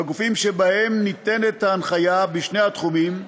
בגופים שבהם ניתנת ההנחיה בשני התחומים,